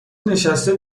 نشسته